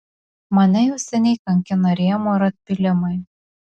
mane jau seniai kankina rėmuo ir atpylimai